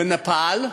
בנפאל?